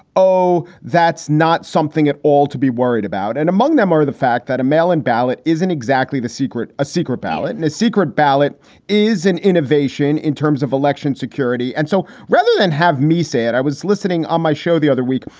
oh, that's not something at all to be worried about. and among them are the fact that a mail in ballot isn't exactly the secret. a secret ballot and a secret ballot is an innovation in terms of election security. and so rather than have me say it, i was listening on my show the other week.